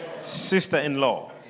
sister-in-law